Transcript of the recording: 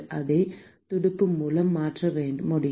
அதே துடுப்பு மூலம் மாற்ற முடியும்